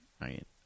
right